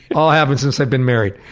all happened since i've been married.